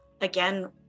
again